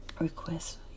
request